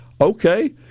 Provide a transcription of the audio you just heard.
okay